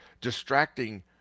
distracting